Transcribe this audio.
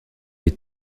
est